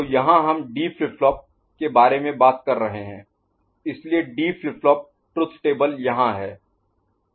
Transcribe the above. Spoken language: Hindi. तो यहाँ हम D फ्लिप फ्लॉप के बारे में बात कर रहे हैं इसलिए D flip flop truth table यहाँ है